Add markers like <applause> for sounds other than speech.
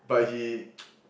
but he <noise>